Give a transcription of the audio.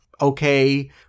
okay